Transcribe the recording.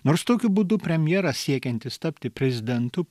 nors tokiu būdu premjeras siekiantis tapti prezidentu